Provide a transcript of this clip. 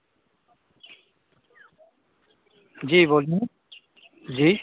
जी बोलिए जी